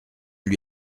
lui